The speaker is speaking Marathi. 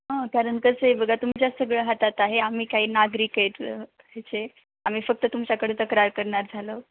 हां कारण कसं आहे बघा तुमच्या सगळ्या हातात आहे आम्ही काही नागरिक आहेत ह्याचे आम्ही फक्त तुमच्याकडे तक्रार करणार झालं